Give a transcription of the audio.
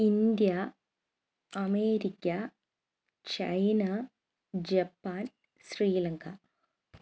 India America China Japan Sri Lanka